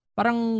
Parang